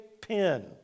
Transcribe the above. pen